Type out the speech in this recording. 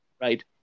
right